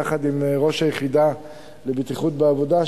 יחד עם ראש היחידה לבטיחות בעבודה,